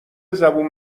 زبون